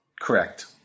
Correct